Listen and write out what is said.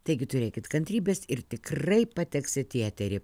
taigi turėkit kantrybės ir tikrai pateksit į eterį